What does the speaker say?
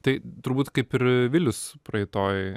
tai turbūt kaip ir vilius praeitoj